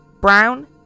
Brown